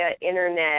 internet